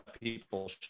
people